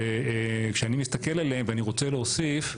וכשאני מסתכל עליהם ואני רוצה להוסיף,